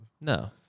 No